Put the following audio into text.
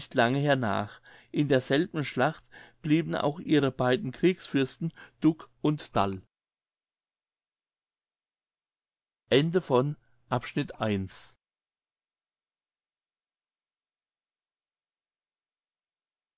lange hernach in derselben schlacht blieben auch ihre beiden kriegsfürsten duck und dall